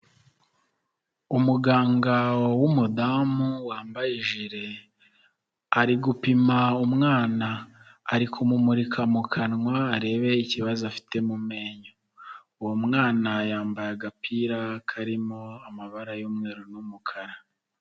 Umuganga w'umudamu wambaye ijire, ari gupima umwana, ari kumumurika mu kanwa, arebe ikibazo afite mu menyo. Uwo mwana yambaye agapira karimo amabara y'umweru n'umukara.